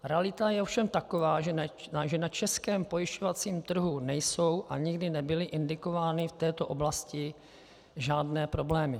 Realita je ovšem taková, že na českém pojišťovacím trhu nejsou a nikdy nebyly indikovány v této oblasti žádné problémy.